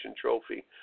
trophy